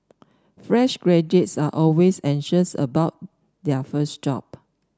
fresh graduates are always anxious about their first job